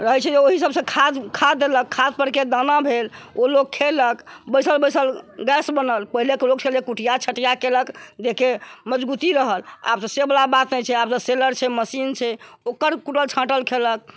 रहै छै ओहि सबसे खाद खाद देलक खाद परके दाना भेल ओ लोक खेलक बैसल बैसल गैस बनल पहिले के लोक छलै कूटिया छटिया केलक देह के मजबूती रहल आब से वला बात नहि छै सेलर छै मशीन छै ओकर कूटल छाटल खेलक